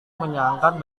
menyenangkan